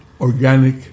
organic